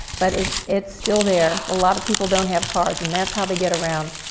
but it's it's still there. a lot of people don't have cars, and that's how they get around.